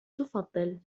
تفضل